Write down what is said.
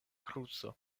kruco